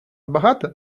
багато